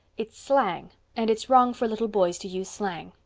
it's slang and it's wrong for little boys to use slang.